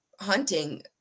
hunting